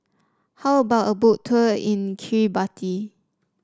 how about a Boat Tour in Kiribati